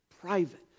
private